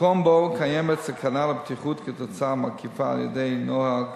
מקום בו קיימת סכנה לבטיחות כתוצאה מעקיפה על-ידי נוהג